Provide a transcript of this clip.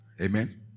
amen